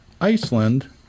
Iceland